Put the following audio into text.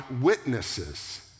witnesses